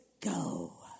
go